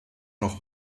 noch